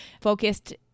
focused